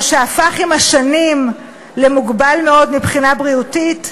או שהפך עם השנים למוגבל מאוד מבחינה בריאותית,